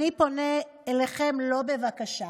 אני פונה אליכם לא בבקשה,